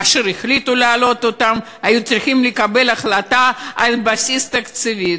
כאשר החליטו להעלות אותם היו צריכים לקבל החלטה על בסיס תקציבי.